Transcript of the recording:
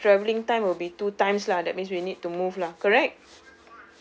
so the traveling time will be two times lah that means we need to move lah correct